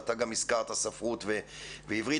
ואתה גם הזכרת ספרות ועברית.